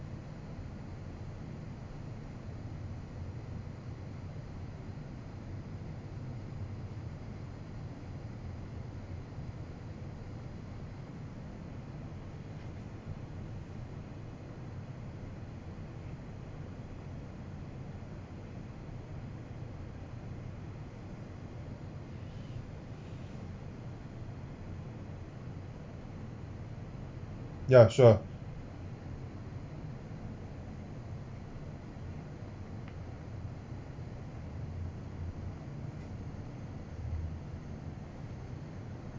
yeah sure